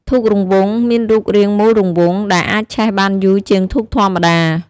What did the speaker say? ធូបរង្វង់ មានរូបរាងមូលរង្វង់ ដែលអាចឆេះបានយូរជាងធូបធម្មតា។